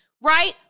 right